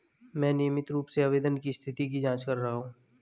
मैं नियमित रूप से आवेदन की स्थिति की जाँच कर रहा हूँ